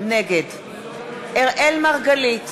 נגד אראל מרגלית,